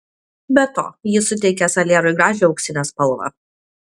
be to ji suteikia salierui gražią auksinę spalvą